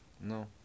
No